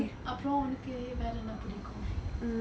அப்புறம் உனக்கு வேற என்ன பிடிக்கும்:appuram unakku vera enna pidikkum